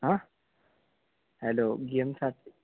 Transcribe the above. हां हॅलो गेमसाठी